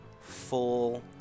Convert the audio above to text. full